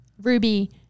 Ruby